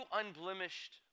unblemished